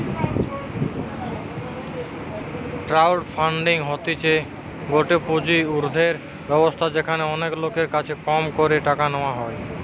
crowd funding হতিছে গটে পুঁজি উর্ধের ব্যবস্থা যেখানে অনেক লোকের কাছে কম করে টাকা নেওয়া হয়